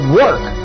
work